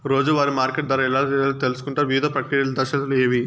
రోజూ వారి మార్కెట్ ధర ఎలా తెలుసుకొంటారు వివిధ ప్రక్రియలు దశలు ఏవి?